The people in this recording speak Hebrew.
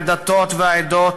הדתות והעדות,